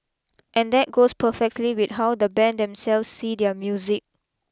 and that goes perfectly with how the band themselves see their music